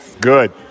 Good